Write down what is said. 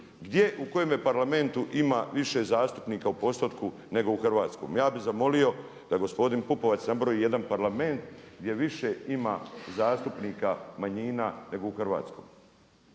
Gdje, u kojem parlamentu ima više zastupnika u postotku nego u hrvatskom? Ja bih zamolio da gospodin Pupovac nabroji jedan parlament gdje više ima zastupnika manjina nego u Hrvatskoj.